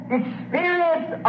experience